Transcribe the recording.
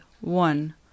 one